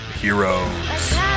heroes